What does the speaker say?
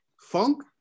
Funk